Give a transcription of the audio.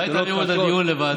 אולי תעבירו את הדיון לוועדה,